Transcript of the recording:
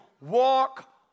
walk